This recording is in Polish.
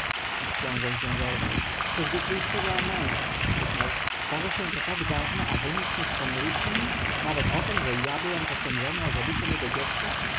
książę się zerwał przez wiekuistego amona krzyknął stało się tak dawno a wy nic nie wspomnieliście mi nawet o tem że ja byłem posądzony o zabicie mego dziecka